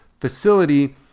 facility